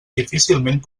difícilment